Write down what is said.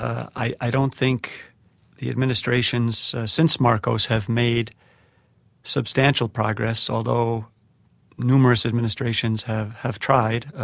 i i don't think the administrations since marcos have made substantial progress, although numerous administrations have have tried.